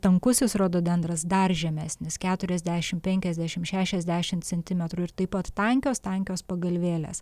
tankusis rododendras dar žemesnis keturiasdešimt penkiasdešimt šešiasdešimt centimetrų ir taip pat tankios tankios pagalvėlės